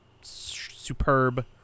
superb